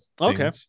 Okay